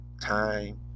time